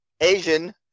Asian